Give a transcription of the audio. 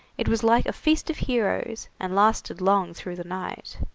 it was like a feast of heroes, and lasted long through the night.